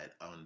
on